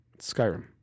Skyrim